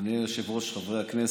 אדוני היושב-ראש, חברי הכנסת,